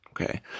Okay